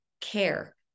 care